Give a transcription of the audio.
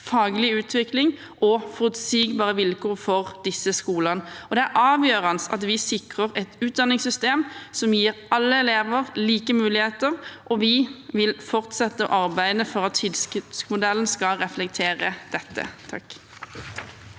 faglig utvikling og forutsigbare vilkår for disse skolene. Det er avgjørende at vi sikrer et utdanningssystem som gir alle elever like muligheter, og vi vil fortsette å arbeide for at tilskuddsmodellen skal reflektere dette. Hei